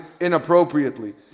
inappropriately